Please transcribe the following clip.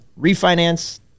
refinance